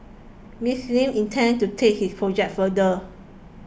Miss Lin intends to take his project further